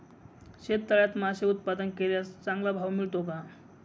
शेततळ्यात मासे उत्पादन केल्यास चांगला भाव मिळतो का?